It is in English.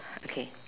okay